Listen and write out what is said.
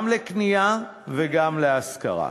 גם לקנייה וגם להשכרה.